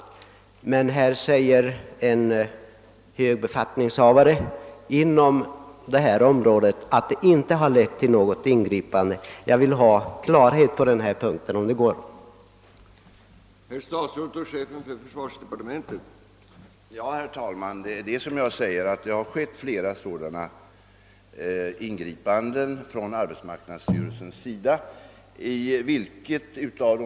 Men enligt vad som framgår av mitt citat säger alltså en hög befattningshavare inom detta område att något ingripande inte har gjorts. Jag vill därför gärna ha ett klargörande i denna fråga om det är möjligt.